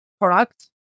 product